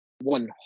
one